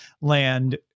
land